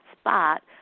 spot